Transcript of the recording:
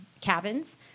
cabins